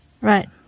Right